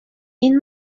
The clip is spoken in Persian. این